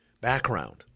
Background